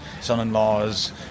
son-in-laws